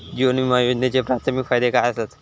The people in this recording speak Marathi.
जीवन विमा योजनेचे प्राथमिक फायदे काय आसत?